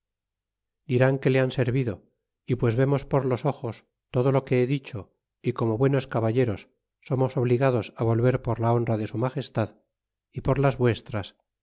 dirán que le han servido y pues vemos por los ojos todo lo que he dicho y como buenos caba lleros somos obligados volver por la honra de su magestad y por las nuestras